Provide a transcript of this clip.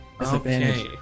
Okay